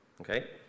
Okay